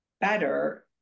better